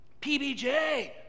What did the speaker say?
PBJ